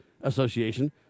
Association